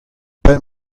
pemp